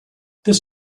this